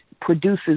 produces